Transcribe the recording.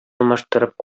алмаштырып